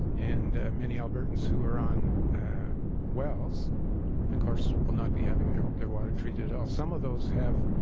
and many albertans who are on wells of course will not be having their their water treated. some of those have